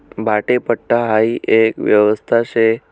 भाडेपट्टा हाई एक व्यवस्था शे